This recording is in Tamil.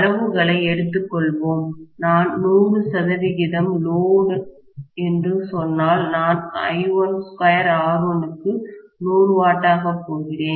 அளவுகளை எடுத்துக் கொள்வோம் நான் 100 சதவிகிதம் லோடு என்று சொன்னால் நான் I12R1 க்கு 100 வாட் ஆகப் போகிறேன்